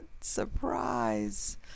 surprise